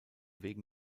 wegen